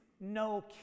No